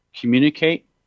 communicate